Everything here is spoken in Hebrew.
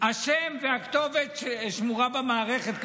כתוב בעיתונים, השם והכתובת שמורים במערכת.